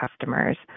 customers